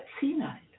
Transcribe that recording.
senile